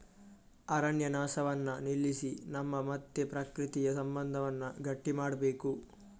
ಅರಣ್ಯ ನಾಶವನ್ನ ನಿಲ್ಲಿಸಿ ನಮ್ಮ ಮತ್ತೆ ಪ್ರಕೃತಿಯ ಸಂಬಂಧವನ್ನ ಗಟ್ಟಿ ಮಾಡ್ಬೇಕು